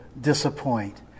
disappoint